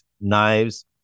knives